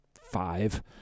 five